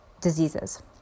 diseases